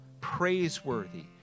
praiseworthy